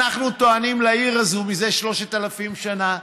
אנחנו טוענים לעיר הזאת מזה 3,000 שנה.